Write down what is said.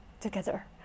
together